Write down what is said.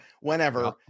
whenever